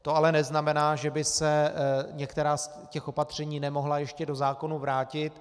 To ale neznamená, že by se některá z těch opatření nemohla ještě do zákona vrátit.